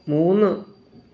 മൂന്ന്